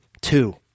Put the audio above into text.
two